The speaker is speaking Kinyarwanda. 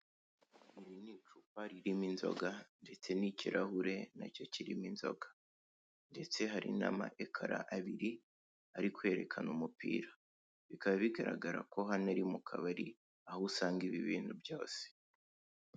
Iri ni icupa ririmo inzoga ndetse n'ikirahure nacyo kirimo inzoga, ndetse hari n'ama Ekara abiri ari kwerekana umupira, bikaba bigaragara ko hano ari mu kabari aho usanga ibi bintu byose.